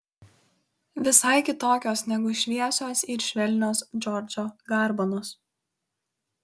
visai kitokios negu šviesios ir švelnios džordžo garbanos